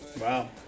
Wow